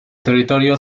territorio